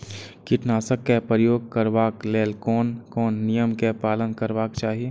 कीटनाशक क प्रयोग करबाक लेल कोन कोन नियम के पालन करबाक चाही?